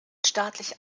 staatlich